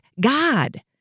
God